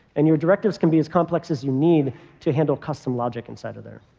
and your directives can be as complex as you need to handle custom logic inside of there.